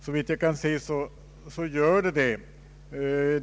Såvitt jag kan se är det fallet.